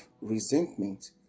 resentment